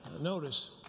notice